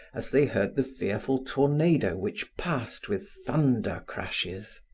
as they heard the fearful tornado which passed with thunder crashes.